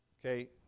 Okay